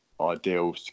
ideal